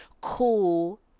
cool